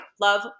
love